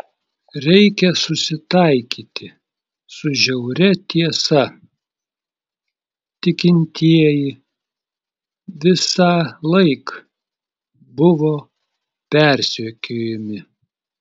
reikia susitaikyti su žiauria tiesa tikintieji visąlaik buvo persekiojami